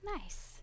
Nice